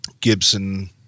gibson